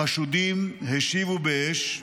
החשודים השיבו באש,